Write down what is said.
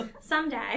someday